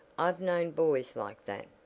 i've known boys like that,